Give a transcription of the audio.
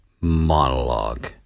monologue